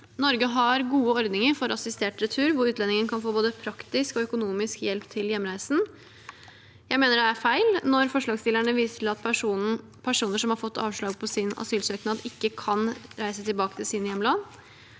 Norge har gode ordninger for assistert retur, hvor utlendingen kan få både praktisk og økonomisk hjelp til hjemreisen. Jeg mener det er feil når forslagsstillerne viser til at personer som har fått avslag på sin asylsøknad, ikke kan reise tilbake til sine hjemland.